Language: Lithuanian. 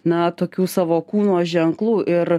na tokių savo kūno ženklų ir